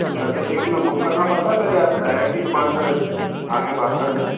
तो सर जैसे की इसमें बुक करना पड़ता है पहले या फिर डाइरेक्ट ही दुकान पर आके बात कर ले